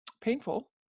painful